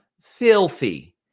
filthy